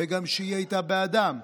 והיא גם הייתה בעדם.